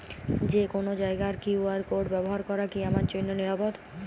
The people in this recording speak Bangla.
যে কোনো জায়গার কিউ.আর কোড ব্যবহার করা কি আমার জন্য নিরাপদ?